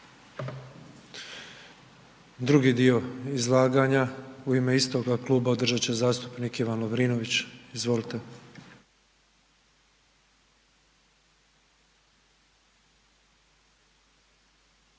Drugi dio izlaganja u ime istoga kluba, održat će zastupnik Ivan Lovrinović, izvolite.